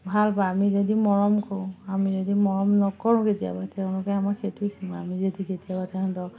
ভাল পায় আমি যদি মৰম কৰোঁ আমি যদি মৰম নকৰোঁ কেতিয়াবা তেওঁলোকে আমাক সেইটোৱে আমি যদি কেতিয়াবা তেহেঁতক